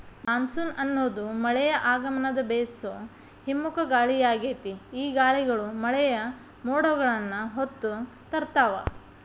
monsoon ಅನ್ನೋದು ಮಳೆಯ ಆಗಮನದ ಬೇಸೋ ಹಿಮ್ಮುಖ ಗಾಳಿಯಾಗೇತಿ, ಈ ಗಾಳಿಗಳು ಮಳೆಯ ಮೋಡಗಳನ್ನ ಹೊತ್ತು ತರ್ತಾವ